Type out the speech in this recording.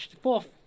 fourth